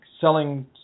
selling